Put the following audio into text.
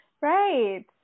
Right